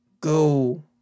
go